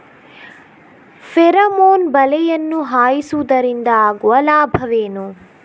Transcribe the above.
Pheromone ಬಲೆಯನ್ನು ಹಾಯಿಸುವುದರಿಂದ ಆಗುವ ಲಾಭವೇನು?